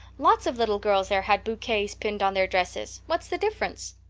lots of little girls there had bouquets pinned on their dresses. what's the difference?